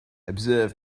observe